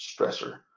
stressor